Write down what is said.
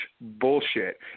bullshit